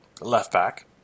left-back